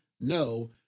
no